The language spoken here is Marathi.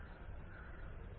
आता तुम्ही या प्रतिमेकडे पहा